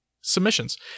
submissions